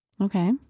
Okay